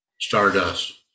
stardust